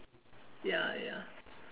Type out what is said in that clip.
ya ya